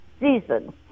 season